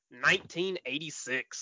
1986